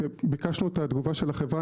ביקשנו את התגובה של החברה.